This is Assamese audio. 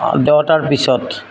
দহটাৰ পিছত